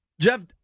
Jeff